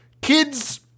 Kids